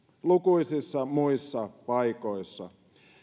lukuisissa muissa paikoissa